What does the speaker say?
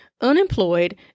unemployed